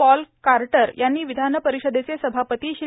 Paul Carter यांनी विधानपरिषदेचे सभापती श्री